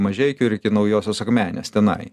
mažeikių ir iki naujosios akmenės tenai